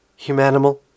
Humanimal